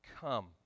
Come